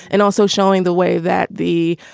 and also showing the way that the